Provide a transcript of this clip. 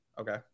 Okay